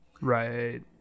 Right